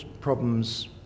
problems